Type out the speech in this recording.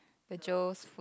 the Joe's foot